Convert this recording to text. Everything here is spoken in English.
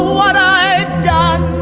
what i